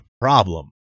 problem